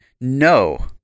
no